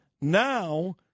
Now